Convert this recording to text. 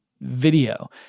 video